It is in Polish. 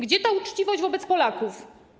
Gdzie ta uczciwość wobec Polaków?